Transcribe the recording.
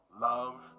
love